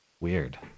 Weird